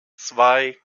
zwei